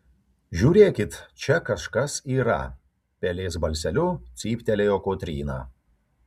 žiūrėkit čia kažkas yra pelės balseliu cyptelėjo kotryna